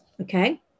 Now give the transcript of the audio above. okay